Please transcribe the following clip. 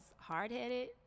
hard-headed